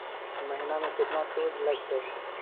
महिना में केतना शुद्ध लगतै?